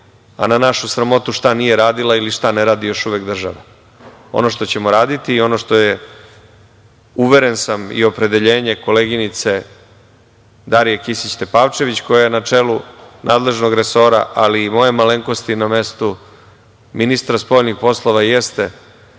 a na našu sramotu šta nije radila ili šta ne radi još uvek država. Ono što ćemo raditi i ono što je uveren sam i opredeljenje koleginice Darije Kisić Tepavčević, koja je na čelu nadležnog resora, ali i moje malenkosti, na mestu ministra spoljnih poslova, jeste